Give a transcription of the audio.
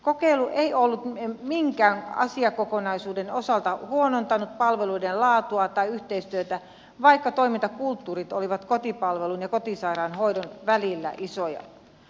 kokeilu ei ollut minkään asiakokonaisuuden osalta huonontanut palveluiden laatua tai yhteistyötä vaikka toimintakulttuurit olivat kotipalvelun ja kotisairaanhoidon välillä isoja